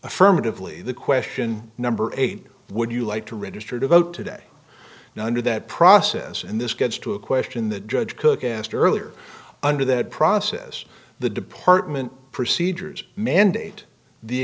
affirmatively the question number eight would you like to register to vote today now under that process and this gets to a question that judge cook asked earlier under that process the department procedures mandate the